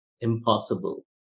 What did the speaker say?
impossible